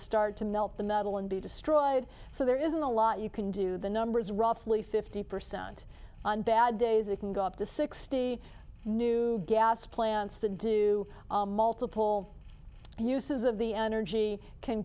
start to melt the metal and be destroyed so there isn't a lot you can do the numbers roughly fifty percent on bad days it can go up to sixty new gas plants that do multiple uses of the energy can